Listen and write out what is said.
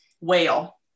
Whale